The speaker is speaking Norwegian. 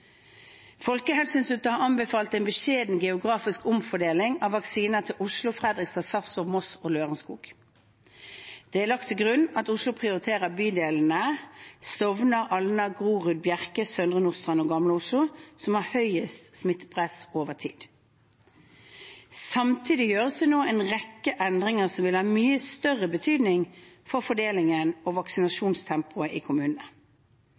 Folkehelseinstituttet har anbefalt en beskjeden geografisk omfordeling av vaksiner til Oslo, Fredrikstad, Sarpsborg, Moss og Lørenskog. Det er lagt til grunn at Oslo prioriterer bydelene Stovner, Alna, Grorud, Bjerke, Søndre Nordstrand og Gamle Oslo, som har hatt høyest smittepress over tid. Samtidig gjøres det nå en rekke andre endringer som vil ha mye større betydning for fordelingen og vaksinasjonstempoet i kommunene.